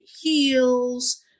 heels